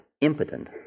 impotent